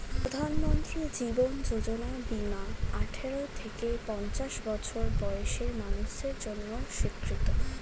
প্রধানমন্ত্রী জীবন যোজনা বীমা আঠারো থেকে পঞ্চাশ বছর বয়সের মানুষদের জন্য স্বীকৃত